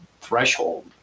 threshold